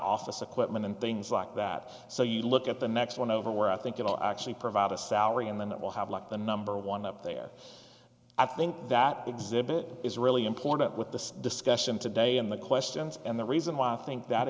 office equipment and things like that so you look at the next one over where i think it will actually provide a salary and then that will have like the number one up there i think that exhibit is really important with the discussion today in the questions and the reason why i think that